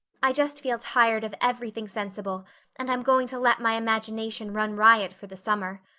i just feel tired of everything sensible and i'm going to let my imagination run riot for the summer.